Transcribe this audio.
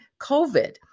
COVID